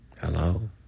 Hello